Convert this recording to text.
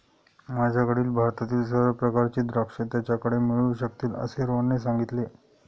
माझ्याकडील भारतातील सर्व प्रकारची द्राक्षे त्याच्याकडे मिळू शकतील असे रोहनने सांगितले